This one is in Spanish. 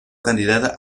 candidata